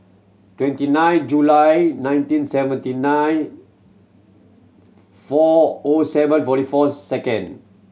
twenty nine July nineteen seventy nine four O seven forty four second